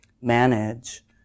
manage